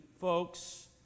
folks